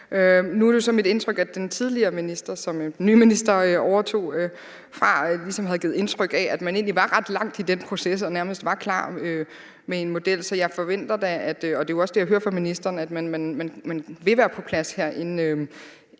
Nu er det så mit indtryk, at den tidligere minister, som den nye minister overtog fra, ligesom havde givet indtryk af, at man egentlig var ret langt i den proces og nærmest var klar med en model. Og jeg hører også fra ministeren, at man vil være på plads, senest